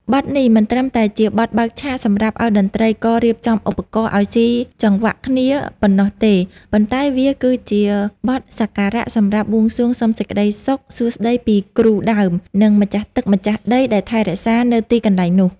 បទនេះមិនត្រឹមតែជាបទបើកឆាកសម្រាប់ឱ្យតន្ត្រីកររៀបចំឧបករណ៍ឱ្យស៊ីចង្វាក់គ្នាប៉ុណ្ណោះទេ ប៉ុន្តែវាគឺជាបទសក្ការៈសម្រាប់បួងសួងសុំសេចក្តីសុខសួស្តីពីគ្រូដើម និងម្ចាស់ទឹកម្ចាស់ដីដែលថែរក្សានៅទីកន្លែងនោះ។